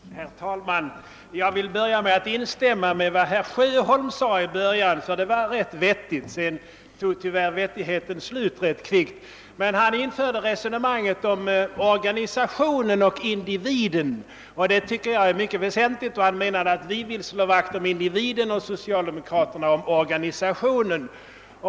Herr talman! Jag vill börja med att instämma i vad herr Sjöholm sade i början av sitt anförande därför att det var ganska vettigt, men sedan tog tyvärr vettigheten slut rätt kvickt. Han resonerade om organisationen och individen. Det tycker jag är mycket väsentligt. Han menade att vi slår vakt om individen och socialdemokraterna om organisationen.